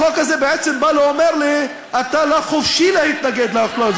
החוק הזה בעצם בא ואומר לי: אתה לא חופשי להתנגד לאפליה,